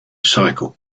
cycle